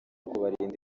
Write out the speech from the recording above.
kubarinda